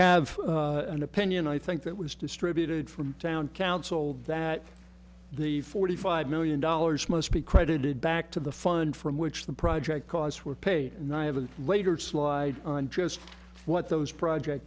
have an opinion i think that was distributed from town council that the forty five million dollars must be credited back to the fund from which the project costs were paid and i haven't wagered slide on just what those project